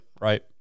right